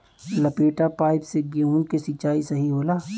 लपेटा पाइप से गेहूँ के सिचाई सही होला?